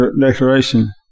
declaration